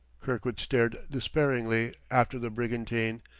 kirkwood stared despairingly after the brigantine,